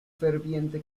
ferviente